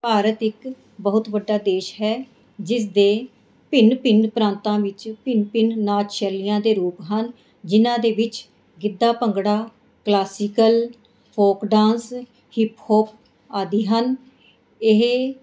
ਭਾਰਤ ਇੱਕ ਬਹੁਤ ਵੱਡਾ ਦੇਸ਼ ਹੈ ਜਿਸ ਦੇ ਭਿੰਨ ਭਿੰਨ ਪ੍ਰਾਂਤਾਂ ਵਿੱਚ ਭਿੰਨ ਭਿੰਨ ਨਾਚ ਸ਼ੈਲੀਆਂ ਦੇ ਰੂਪ ਹਨ ਜਿਨ੍ਹਾਂ ਦੇ ਵਿੱਚ Giddha Bhangra classical folk dance hip hop ਆਦਿ ਹਨ ਇਹ